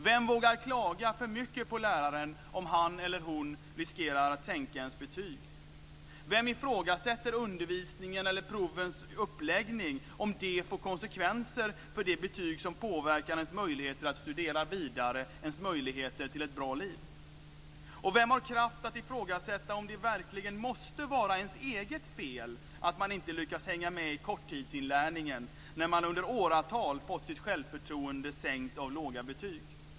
Vem vågar klaga för mycket på läraren om han eller hon kan sänka ens betyg? Vem ifrågasätter undervisningens eller provens uppläggning om det får konsekvenser för det betyg som påverkar ens möjligheter att studera vidare och ens möjligheter till ett bra liv? Och vem har kraft att ifrågasätta om det verkligen måste vara ens eget fel att man inte lyckas hänga med i korttidsinlärningen när man under åratal fått sitt självförtroende sänkt av låga betyg?